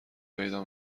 پیدا